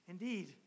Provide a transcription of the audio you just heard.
Indeed